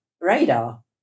radar